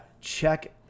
check